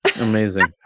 Amazing